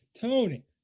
Tony